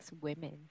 women